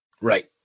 Right